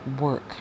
work